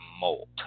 molt